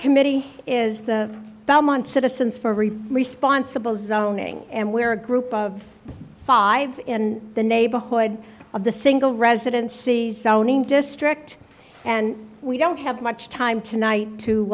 committee is the belmont citizens for every responsible zoning and where a group of five in the neighborhood of the single residency sounding district and we don't have much time tonight to